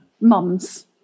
mums